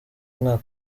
umwaka